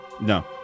No